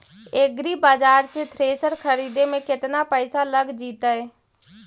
एग्रिबाजार से थ्रेसर खरिदे में केतना पैसा लग जितै?